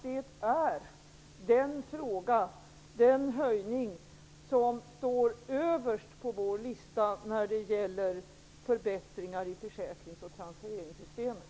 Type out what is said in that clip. Det är den fråga, den höjning, som står överst på vår lista när det gäller förbättringar i försäkrings och transfereringssystemen.